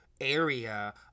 area